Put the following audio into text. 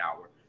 Hour